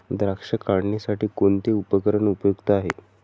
द्राक्ष काढणीसाठी कोणते उपकरण उपयुक्त आहे?